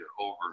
over